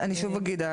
אני שוב אגיד,